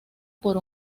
por